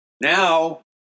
now